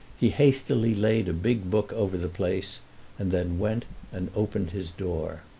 he hastily laid a big book over the place and then went and opened his door.